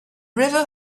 river